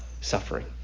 suffering